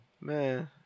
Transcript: Man